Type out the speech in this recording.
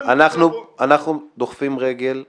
אנחנו דוחפים רגל פנימה,